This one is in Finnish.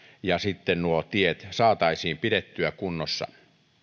ja sitten tiet pidettyä kunnossa